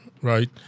Right